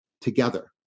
together